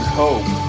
hope